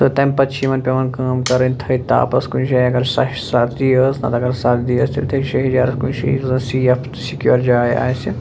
تہٕ تمہِ پتہٕ چھِ یِمن پیٚوان کٲم کرٕنۍ تھٲے تاپس کُنہِ جایہِ اگر سر سردی ٲس نتہٕ اگر سردی ٲسۍ تیٚلہِ تھٲے شہجارس کُنہِ جایہِ یۄس زن سیف سکیور جاے آسہِ